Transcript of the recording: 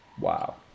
Wow